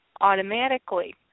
automatically